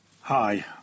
Hi